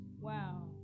Wow